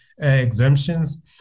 exemptions